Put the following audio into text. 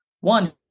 one